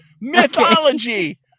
mythology